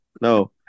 No